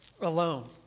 alone